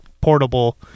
portable